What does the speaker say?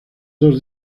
dos